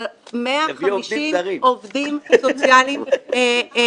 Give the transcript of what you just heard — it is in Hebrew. אבל 150 עובדים סוציאליים,